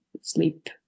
sleep